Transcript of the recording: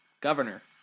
governor